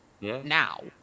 now